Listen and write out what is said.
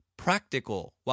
Practical